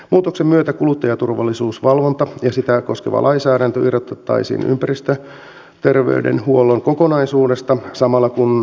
muutoksen myötä kuluttajaturvallisuusvalvonta ja sitä koskeva lainsäädäntö irrotettaisiin ympäristöterveydenhuollon kokonaisuudesta samalla kun terveydenhuoltolakia tarkistetaan